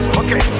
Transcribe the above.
okay